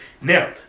Now